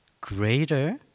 greater